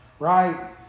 right